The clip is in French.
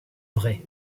vraies